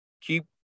keep